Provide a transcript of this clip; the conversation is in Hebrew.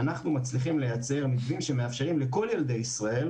אנחנו מצליחים לייצר מצב שמאפשר לכל ילדי ישראל